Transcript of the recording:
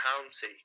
County